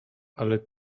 ale